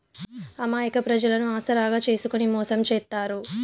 అమాయక ప్రజలను ఆసరాగా చేసుకుని మోసం చేత్తారు